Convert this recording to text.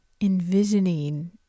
envisioning